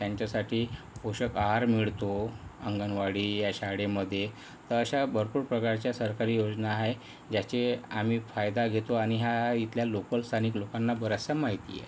त्यांच्यासाठी पोषक आहार मिळतो अंगणवाडी या शाळेमध्ये तर अशा भरपूर प्रकारच्या सरकारी योजना आहे ज्याचे आम्ही फायदा घेतो आणि ह्या इथल्या लोकल स्थानिक लोकांना बऱ्याचशा माहिती आहे